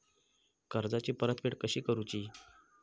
कर्जाची परतफेड कशी करूची?